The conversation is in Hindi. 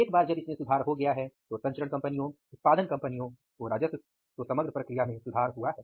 एक बार जब इसमें सुधार हो गया है तो संचरण कंपनियों उत्पादन कंपनियों को राजस्व तो समग्र प्रक्रिया में सुधार हुआ है